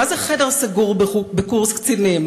מה זה חדר סגור בקורס קצינים?